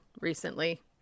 recently